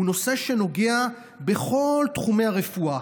הוא נושא שנוגע בכל תחומי הרפואה.